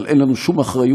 אבל אין לנו שום אחריות.